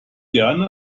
gerne